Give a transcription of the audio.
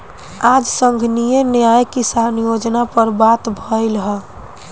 आज संघीय न्याय किसान योजना पर बात भईल ह